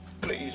Please